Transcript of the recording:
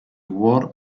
war